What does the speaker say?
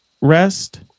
rest